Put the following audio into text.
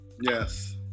Yes